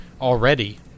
already